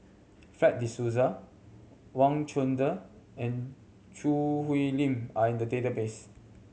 Fred De Souza Wang Chunde and Choo Hwee Lim are in the database